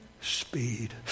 speed